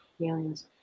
Aliens